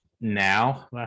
now